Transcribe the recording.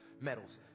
medals